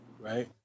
right